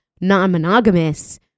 non-monogamous